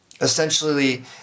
essentially